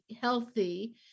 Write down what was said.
healthy